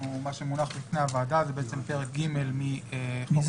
מה שמונח בפני הוועדה זה בעצם פרק ג' מהצעת חוק